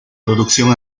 producción